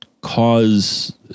cause